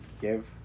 give